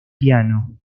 piano